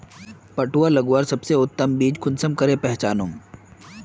पटुआ लगवार सबसे उत्तम बीज कुंसम करे पहचानूम?